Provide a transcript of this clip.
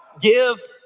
Give